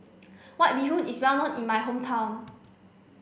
White Bee Hoon is well known in my hometown